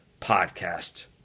podcast